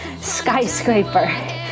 skyscraper